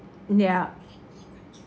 ya